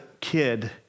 kid